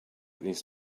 these